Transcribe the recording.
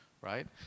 right